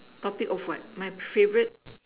topic of what my favourite